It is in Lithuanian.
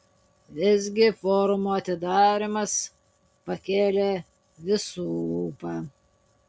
visgi forumo atidarymas pakėlė visų ūpą